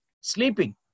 sleeping